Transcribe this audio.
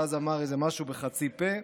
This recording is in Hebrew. ואז אמר איזה משהו בחצי פה.